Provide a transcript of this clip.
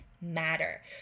matter